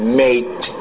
mate